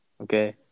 Okay